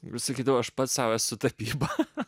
ir sakydavau aš pats sau esu tapybą